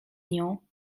nią